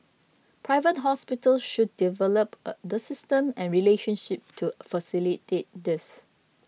Private Hospitals should develop the system and relationship to facilitate this